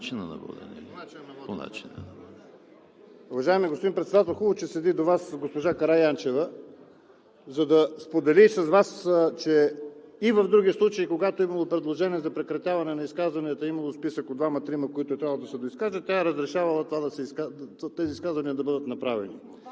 По начина на водене